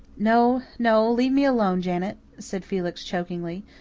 no, no. leave me alone, janet, said felix chokingly,